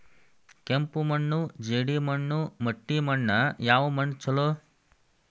ಕೆಂಪು ಮಣ್ಣು, ಜೇಡಿ ಮಣ್ಣು, ಮಟ್ಟಿ ಮಣ್ಣ ಯಾವ ಮಣ್ಣ ಛಲೋ?